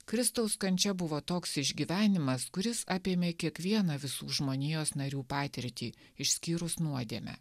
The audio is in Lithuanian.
kristaus kančia buvo toks išgyvenimas kuris apėmė kiekvieną visų žmonijos narių patirtį išskyrus nuodėmę